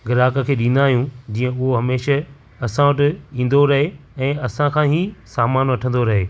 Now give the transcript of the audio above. ग्राहक खे ॾींदा आहियूं जीअं हू हमेशह असां वटु ईंदो रहे ऐं असां खां ही सामान वठंदो रहे